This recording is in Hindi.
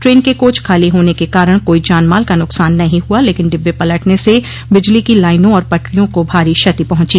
ट्रेन के कोच खाली होने के कारण कोई जान माल का नुकसान नहीं हुआ लेकिन डिब्बे पलटने से बिजली की लाइनों और पटरियों को भारी क्षति पहुंची